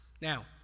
Now